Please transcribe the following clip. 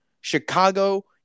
Chicago